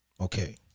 Okay